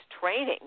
training